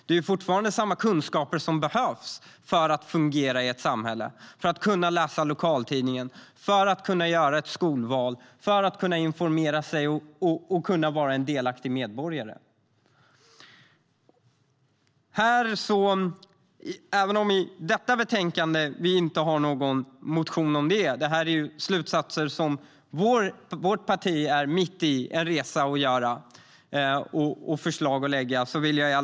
Det är ju samma kunskaper som behövs för att fungera i ett samhälle - för att kunna läsa lokaltidningen, göra ett skolval, informera sig och vara en delaktig medborgare. Även om vi i detta betänkande inte har någon motion i frågan är det här en resa som vårt parti är mitt i att göra och slutsatser och förslag som vi är mitt i att dra och lägga fram.